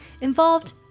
involved